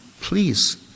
please